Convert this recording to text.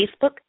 Facebook